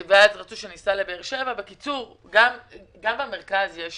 שאסע לבאר שבע, כך שגם במרכז יש